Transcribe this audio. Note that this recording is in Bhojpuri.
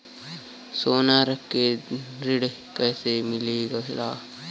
सोना रख के ऋण कैसे मिलेला?